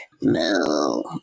no